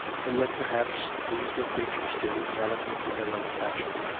and yet perhaps these were preachers too, and eloquent in their own fashion.